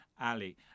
Ali